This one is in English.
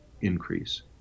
increase